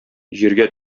җиргә